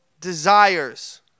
desires